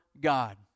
God